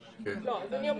הזה.